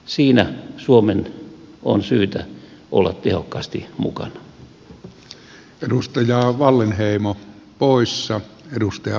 siinä suomen on syytä olla tehokkaasti mukana